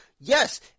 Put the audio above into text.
Yes